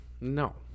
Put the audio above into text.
No